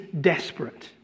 desperate